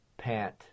Pant